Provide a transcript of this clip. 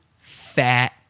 fat